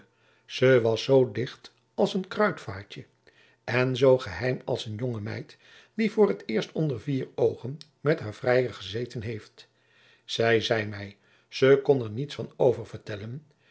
ze was zoo dicht als een kruidvaatje en zoo geheim als een jonge meid die voor t eerst onder vier oogen met haar vrijer gezeten heeft zij zei mij ze kon er niets van